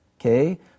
okay